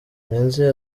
murenzi